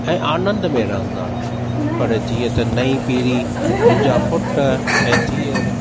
ऐं आनंद में रहंदा आहिनि पर जीअं त नई पीढ़ी मुंहिंजा पुट ऐं धीअड़